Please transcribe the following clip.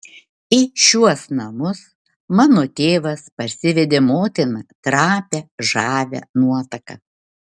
į šiuos namus mano tėvas parsivedė motiną trapią žavią nuotaką